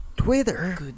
Twitter